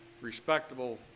respectable